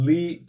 Lee